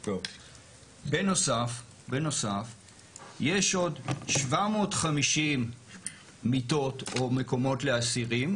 בנוסף, יש עוד 750 מיטות או מקומות לאסירים